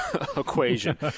equation